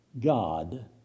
God